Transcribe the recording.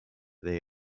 they